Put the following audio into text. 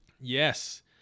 yes